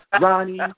Ronnie